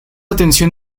atención